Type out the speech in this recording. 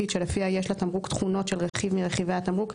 שלפיה יש לתמרוק תכונות של רכיב מרכיבי התמרוק,